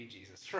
Jesus